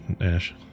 Ash